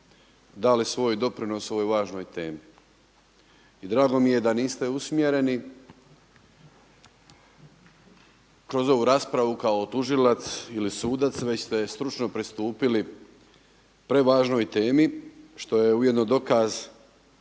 dali svoj doprinos ovoj važnoj temi. I drago mi je da niste usmjereni kroz ovu raspravu kao tužilac ili sudac, već ste stručno pristupili prevažnoj temi što je ujedno dokaz